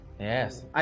Yes